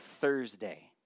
Thursday